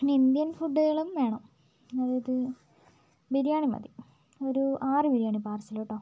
ഇനി ഇന്ത്യൻ ഫുഡുകളും വേണം അതായത് ബിരിയാണി മതി ഒരു ആറ് ബിരിയാണി പാഴ്സല് കേട്ടൊ